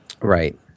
Right